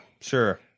sure